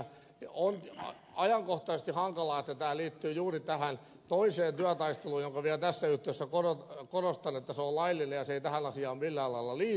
on ajankohtaisesti hankalaa että tämä liittyy juuri tähän toiseen työtaisteluun josta vielä tässä yhteydessä korostan että se on laillinen ja se ei tähän asiaan millään lailla liity